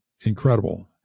incredible